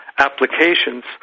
applications